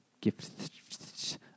gifts